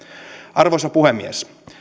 arvoisa puhemies